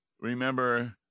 Remember